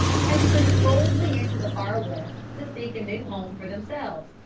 had pushed boldly into the far west to seek a new home for themselves,